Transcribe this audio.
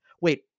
wait